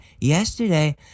yesterday